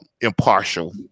impartial